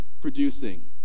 producing